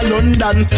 London